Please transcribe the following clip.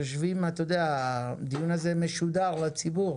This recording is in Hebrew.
הדיון הזה משודר לציבור.